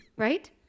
right